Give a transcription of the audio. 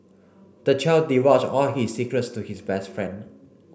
the child divulged all his secrets to his best friend